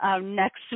next